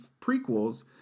prequels